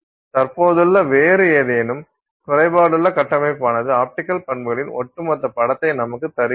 தற்போதுள்ள வேறு ஏதேனும் குறைபாடுள்ள கட்டமைப்பானது ஆப்டிக்கல் பண்புகளின் ஒட்டுமொத்த படத்தை நமக்கு தருகிறது